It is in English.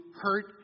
hurt